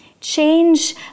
Change